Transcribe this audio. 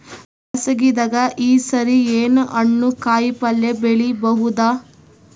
ಬ್ಯಾಸಗಿ ದಾಗ ಈ ಸರಿ ಏನ್ ಹಣ್ಣು, ಕಾಯಿ ಪಲ್ಯ ಬೆಳಿ ಬಹುದ?